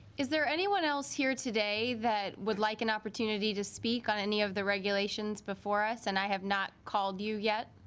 is there anyone else here today that would like an opportunity to speak on any of the regulations before us and i have not called you yet